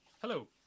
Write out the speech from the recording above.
hello